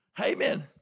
Amen